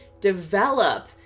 Develop